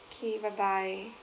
okay bye bye